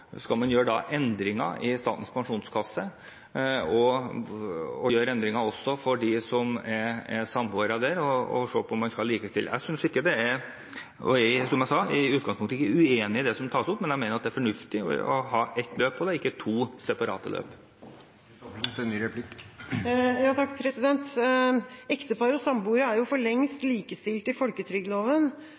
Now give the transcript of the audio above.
man skal gjøre endringer i Statens pensjonskasse, og gjøre endringer også for dem som er samboere, og se på om man skal likestille. Jeg er, som jeg sa, i utgangspunktet ikke uenig i det som tas opp, men jeg mener at det er fornuftig å ha ett løp på det og ikke to separate løp. Ektepar og samboere er for lengst likestilte i folketrygdloven.